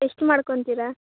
ಎಷ್ಟು ಮಾಡ್ಕೊಂತೀರಾ